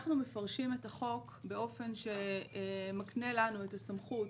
אנחנו מפרשים את החוק באופן שמקנה לנו את הסמכות